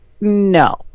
no